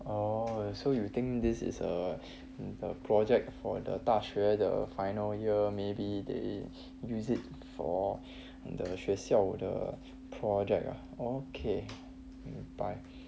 oh so you think this is uh the project for the 大学 the final year maybe they use it for the 学校 the project ah okay but